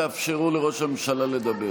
תאפשרו לראש הממשלה לדבר.